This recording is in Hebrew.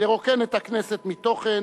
לרוקן את הכנסת מתוכן